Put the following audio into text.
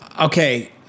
Okay